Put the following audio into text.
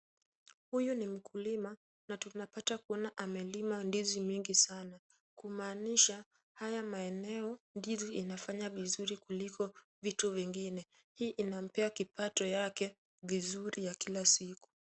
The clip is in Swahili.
Huyu ni mkulima na tunapata kuona amelima ndizi nyingi sana, kumaanisha haya maeneo ndizi inafanya vizuri kuliko vitu vingine. Hii inampea kipato yake vizuri ya kila siku.